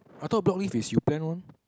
I thought block leave is you plan one